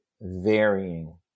varying